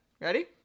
Ready